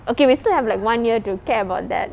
okay we still have like one year to care about that